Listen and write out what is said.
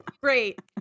Great